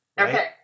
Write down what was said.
okay